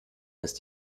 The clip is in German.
ist